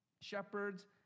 shepherds